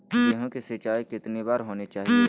गेहु की सिंचाई कितनी बार होनी चाहिए?